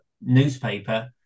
newspaper